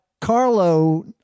Carlo